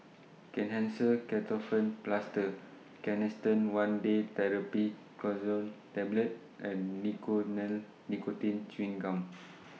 Kenhancer Ketoprofen Plaster Canesten one Day Therapy Tablet and Nicotinell Nicotine Chewing Gum